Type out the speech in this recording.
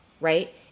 right